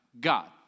God